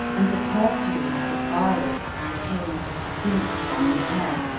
and the perfume as of violets became distinct on the air,